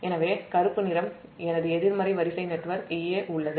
எனவே கருப்பு நிறம் Ea நமது Z1 Ia1 நேர்மறை வரிசை நெட்வொர்க் உள்ளது